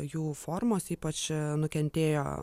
jų formos ypač nukentėjo